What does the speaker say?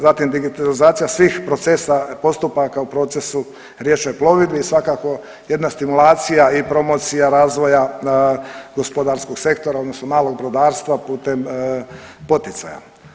Zatim digitalizacija svih procesa postupaka u procesu riječnoj plovidbi i svakako jedna stimulacija i promocija razvoja gospodarskog sektora, odnosno malog brodarstva putem poticaja.